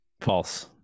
False